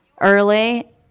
early